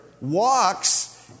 walks